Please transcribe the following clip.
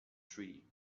tree